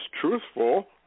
truthful